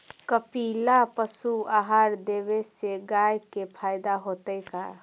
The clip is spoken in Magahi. कपिला पशु आहार देवे से गाय के फायदा होतै का?